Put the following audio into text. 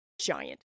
giant